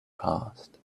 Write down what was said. passed